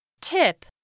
Tip